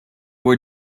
were